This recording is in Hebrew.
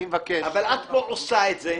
אבל את לא עושה את זה.